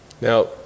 Now